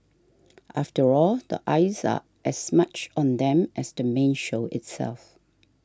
after all the eyes are as much on them as the main show itself